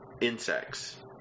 insects